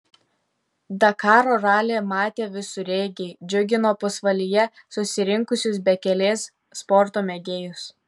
dakaro ralį matę visureigiai džiugino pasvalyje susirinkusius bekelės sporto mėgėjus